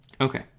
Okay